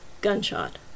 gunshot